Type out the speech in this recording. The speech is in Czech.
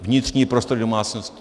Vnitřní prostory domácností.